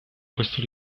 questo